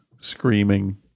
screaming